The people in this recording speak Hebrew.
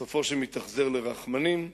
סופו שמתאכזר לרחמנים.